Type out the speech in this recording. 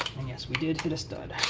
yes, we did hit a stud.